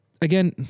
again